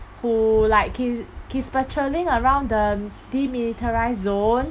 who like he's he's patrolling around the demilitarised zone